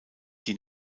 die